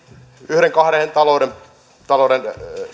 yhden kahden hengen talouden